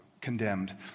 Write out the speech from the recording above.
condemned